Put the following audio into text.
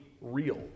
real